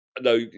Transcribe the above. no